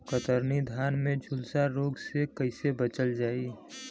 कतरनी धान में झुलसा रोग से कइसे बचल जाई?